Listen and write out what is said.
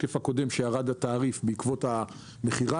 התעריף ירד בעקבות המכירה,